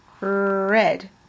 red